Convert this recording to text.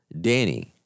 Danny